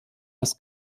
das